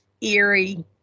eerie